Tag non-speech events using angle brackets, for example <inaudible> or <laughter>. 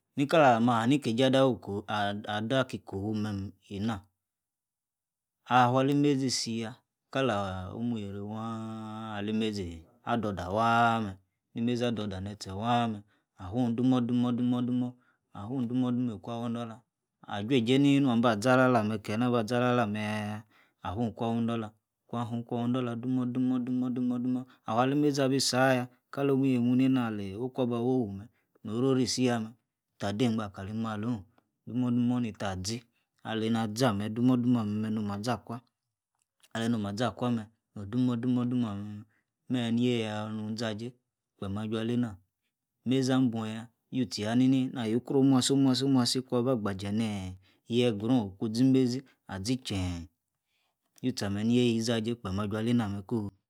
<unintelligible> Afu ali-imezi-isi ya kalor omu yie-rier waa waa kalo-omu yie-rie waa ali-imezi adoda waa mer ni mezi adoda netie waa mer awu domo-domo awu domo-domo iku wa idola aju-ejie ni nu aba za-alalea amem yayah awu-iku awu idola ku kwa wi-idola demodo afu ali imezi abi isi aya kalo omu yienu nena no-oku aba wowu mem no-orori-isi yame ka degba kali maloh do-modomo-nita azi alena aza mer domo-domo no-mah aza akwa aleno-ma-za-akwa mem no-domo-domo amem meme yieya ayor no-zajie kpem aju alena mazi abu ya yufie ni-ni ayo-ukro omusi-omusi ku aba gbajie ne-gre-oh oku zimezi azi chee utie amem yieya kpem aka alena mer ko